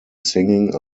singing